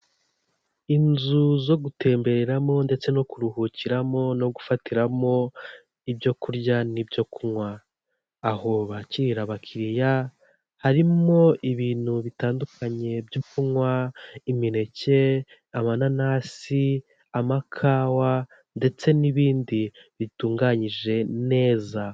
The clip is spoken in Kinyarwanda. Inzu zo gutemberemo ndetse no kuruhukiramo no gufatiramo ibyo kurya n'ibyo kunywa. Aho bakirira abakiriya harimo ibintu bitandukanye byo kunywa, imineke, amananasi, amakawa ndetse n'ibindi bitunganyije neza.